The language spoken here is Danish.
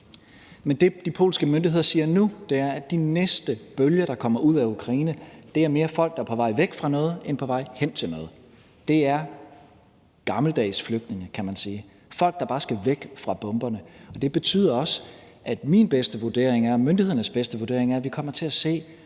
Men det, som de polske myndigheder siger nu, er, at de næste bølger, der kommer ud af Ukraine, mere er folk, der er på vej væk fra noget end på vej hen til noget. Det er gammeldags flygtninge, kan man sige, folk, der bare skal væk fra bomberne, og det betyder også, at min bedste vurdering er og myndighedernes bedste vurdering er, at vi kommer til at se